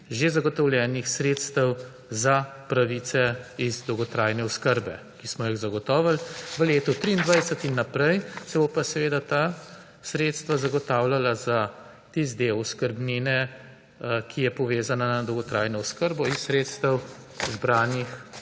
že zagotovljenih sredstev za pravice iz dolgotrajne oskrbe, ki smo jih zagotovili. V letu 2023 in naprej se bo pa seveda ta sredstva zagotavljala za tisti del oskrbnine, ki je povezana na dolgotrajno oskrbo, iz sredstev zbranih